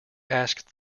asked